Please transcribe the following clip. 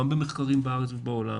גם במחקרים בארץ ובעולם.